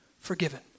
forgiven